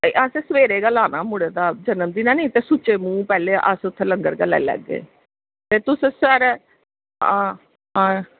असें सबैह्रे गै लाना मुढ़े दा जनमदिन ऐ नी सुच्चे मूंह् अस पैह्लें लंगर गै लाई लैगे ते तुसें साढ़े आं आं